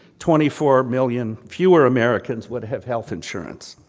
twenty four million fewer americans would have health insurance.